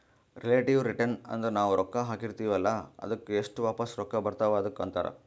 relative return ಅಂದುರ್ ನಾವು ರೊಕ್ಕಾ ಹಾಕಿರ್ತಿವ ಅಲ್ಲಾ ಅದ್ದುಕ್ ಎಸ್ಟ್ ವಾಪಸ್ ರೊಕ್ಕಾ ಬರ್ತಾವ್ ಅದುಕ್ಕ ಅಂತಾರ್